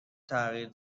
تغییر